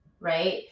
right